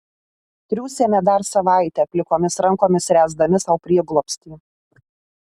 triūsėme dar savaitę plikomis rankomis ręsdami sau prieglobstį